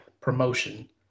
promotion